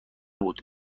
بود